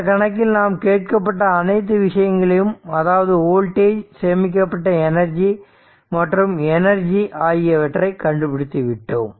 இந்த கணக்கில் நாம் கேட்கப்பட்ட அனைத்து விஷயங்களையும் அதாவது வோல்டேஜ் சேமிக்கப்பட்ட எனர்ஜி மற்றும் எனர்ஜி ஆகியவற்றை கண்டுபிடித்து விட்டோம்